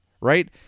right